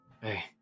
Hey